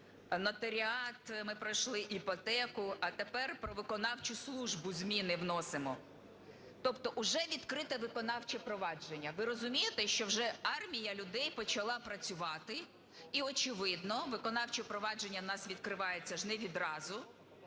нотаріат ми пройшли, іпотеку, а тепер про виконавчу службу зміни вносимо, тобто уже відкрите виконавче провадження. Ви розумієте, що вже армія людей почала працювати і, очевидно, виконавче провадження у нас відкривається ж не відразу.